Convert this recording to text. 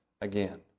again